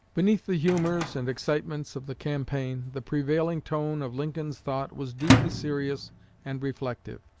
beneath the humors and excitements of the campaign, the prevailing tone of lincoln's thought was deeply serious and reflective.